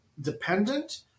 dependent